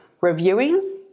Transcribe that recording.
reviewing